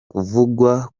kuvugwa